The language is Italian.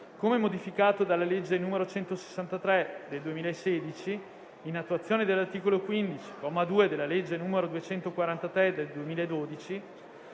come modificato dalla legge n. 163 del 2016, in attuazione dell'articolo 15, comma 2, della legge n. 243 del 2012,